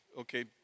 okay